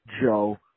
Joe